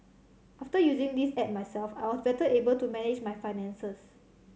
after using this app myself I was better able to manage my finances